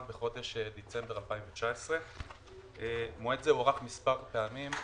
בחודש דצמבר 2019. מועד זה הוארך מספר פעמים,